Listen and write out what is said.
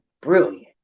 brilliant